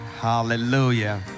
hallelujah